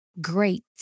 great